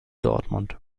dortmund